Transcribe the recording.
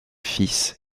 fils